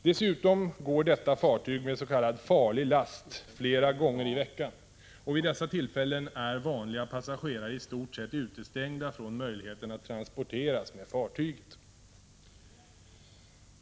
Dessutom går detta fartyg med s.k. farlig last flera gånger i veckan. Och vid dessa tillfällen är vanliga passagerare i stort sett utestängda från möjligheten att transporteras med fartyget.